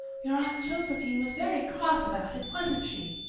your aunt josephine was very cross about it, wasn't she?